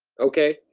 okay,